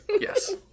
Yes